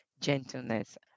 gentleness